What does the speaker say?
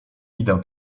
idę